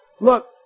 look